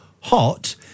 hot